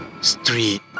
street